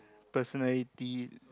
personality